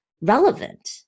relevant